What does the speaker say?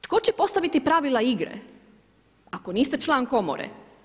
Tko će postaviti pravila igre ako niste član komore?